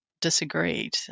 disagreed